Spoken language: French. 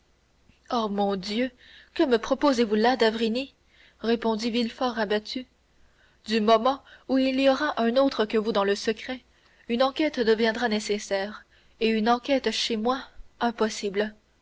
oh mon dieu que me proposez-vous là d'avrigny répondit villefort abattu du moment où il y aura un autre que vous dans le secret une enquête deviendra nécessaire et une enquête chez moi impossible